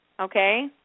Okay